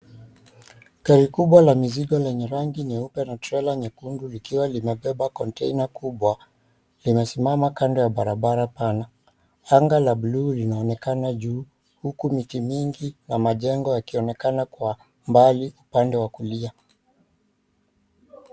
Gari kubwa la mizigo lenye rangi nyeupe na trela nyekundu likiwa limebeba kontaina kubwa, linasimama kando ya barabara pana. Anga la buluu linaonekana juu, huku miti mingi ya majengo yakionekana kwa umbali upande wa kulia.